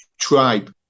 tribe